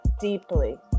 deeply